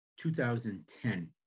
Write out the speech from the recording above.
2010